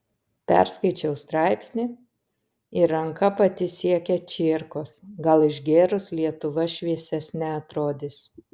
perskaičiau straipsnį ir ranka pati siekia čierkos gal išgėrus lietuva šviesesne atrodys